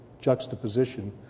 juxtaposition